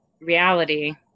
reality